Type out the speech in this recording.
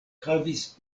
havis